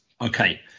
Okay